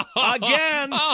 Again